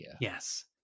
yes